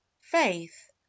Faith